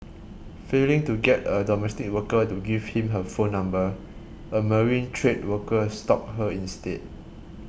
failing to get a domestic worker to give him her phone number a marine trade worker stalked her instead